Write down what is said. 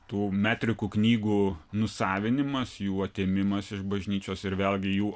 tų metrikų knygų nusavinimas jų atėmimas iš bažnyčios ir vėlgi jų